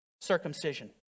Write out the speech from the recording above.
Circumcision